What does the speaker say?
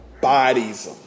Bodies